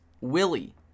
Willie